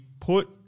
put